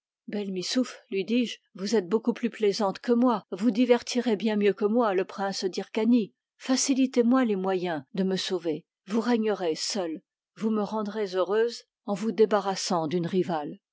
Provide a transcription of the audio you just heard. lui dis-je vous êtes beaucoup plus plaisante que moi vous divertirez bien mieux que moi le prince d'hyrcanie facilitez moi les moyens de me sauver vous régnerez seule vous me rendrez heureuse en vous débarrassant d'une rivale